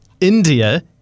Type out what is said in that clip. India